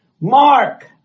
Mark